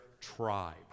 tribe